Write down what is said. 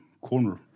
corner